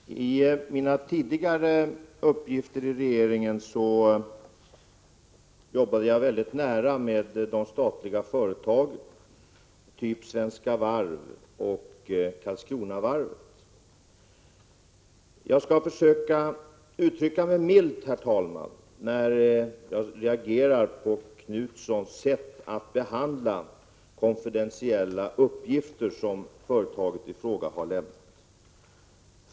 Herr talman! När jag hade mina tidigare uppgifter i regeringen, jobbade jag mycket nära med frågor som gällde de statliga företagen av typ Svenska Varv och Karlskronavarvet. Jag skall försöka uttrycka mig milt när jag reagerar på Göthe Knutsons sätt att behandla konfidentiella uppgifter som det nu ifrågavarande företaget har lämnat.